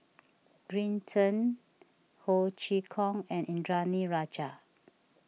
Green Zeng Ho Chee Kong and Indranee Rajah